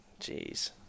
Jeez